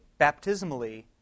baptismally